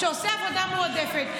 שעושה עבודה מועדפת,